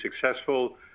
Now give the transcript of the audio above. successful